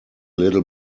little